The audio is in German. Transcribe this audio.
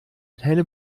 hellen